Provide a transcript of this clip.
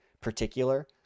particular